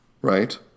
right